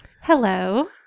Hello